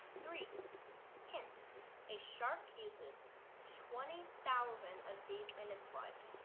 three hint a shark uses twenty thousand of these in its life